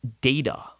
data